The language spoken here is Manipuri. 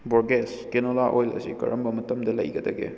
ꯕꯣꯔꯒꯦꯁ ꯀꯦꯅꯣꯂꯥ ꯑꯣꯏꯜ ꯑꯁꯤ ꯀꯔꯝꯕ ꯃꯇꯝꯗ ꯂꯩꯒꯗꯒꯦ